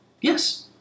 Yes